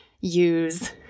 use